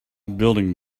building